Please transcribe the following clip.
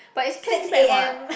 but it's cashback [what]